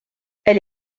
elle